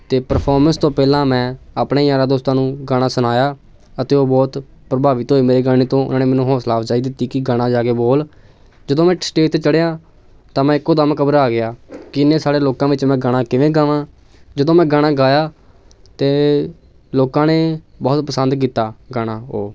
ਅਤੇ ਪਰਫੋਰਮੈਂਸ ਤੋਂ ਪਹਿਲਾਂ ਮੈਂ ਆਪਣੇ ਯਾਰਾਂ ਦੋਸਤਾਂ ਨੂੰ ਗਾਣਾ ਸੁਣਾਇਆ ਅਤੇ ਉਹ ਬਹੁਤ ਪ੍ਰਭਾਵਿਤ ਹੋਏ ਮੇਰੇ ਗਾਣੇ ਤੋਂ ਉਹਨਾਂ ਨੇ ਮੈਨੂੰ ਹੌਸਲਾ ਅਫਜ਼ਾਈ ਦਿੱਤੀ ਕਿ ਗਾਣਾ ਜਾ ਕੇ ਬੋਲ ਜਦੋਂ ਮੈਂ ਸਟੇਜ 'ਤੇ ਚੜ੍ਹਿਆ ਤਾਂ ਮੈਂ ਇੱਕੋ ਦਮ ਘਬਰਾ ਗਿਆ ਕਿ ਇੰਨੇ ਸਾਰੇ ਲੋਕਾਂ ਵਿੱਚ ਮੈਂ ਗਾਣਾ ਕਿਵੇਂ ਗਾਵਾਂ ਜਦੋਂ ਮੈਂ ਗਾਣਾ ਗਾਇਆ ਤਾਂ ਲੋਕਾਂ ਨੇ ਬਹੁਤ ਪਸੰਦ ਕੀਤਾ ਗਾਣਾ ਉਹ